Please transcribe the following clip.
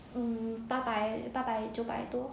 um 八百八百九百多